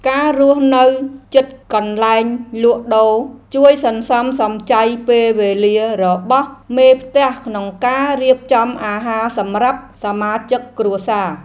ការរស់នៅជិតកន្លែងលក់ដូរជួយសន្សំសំចៃពេលវេលារបស់មេផ្ទះក្នុងការរៀបចំអាហារសម្រាប់សមាជិកគ្រួសារ។